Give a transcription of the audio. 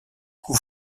coup